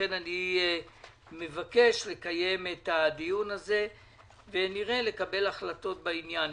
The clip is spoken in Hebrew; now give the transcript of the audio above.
לכן אני מבקש לקיים את הדיון הזה ולקבל החלטות בעניין.